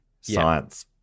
science